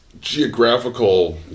geographical